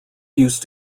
used